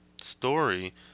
story